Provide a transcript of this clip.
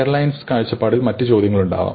airlines കാഴ്ചപ്പാടിൽ മറ്റ് ചോദ്യങ്ങളുണ്ടാകാം